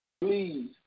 please